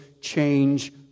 change